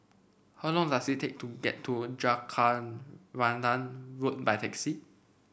how long does it take to get to Jacaranda Road by taxi